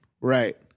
Right